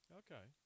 okay